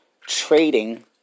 trading